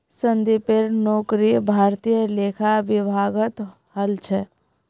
संदीपेर नौकरी भारतीय लेखा विभागत हल छ